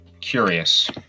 curious